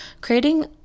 creating